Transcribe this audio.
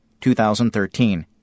2013